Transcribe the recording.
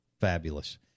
fabulous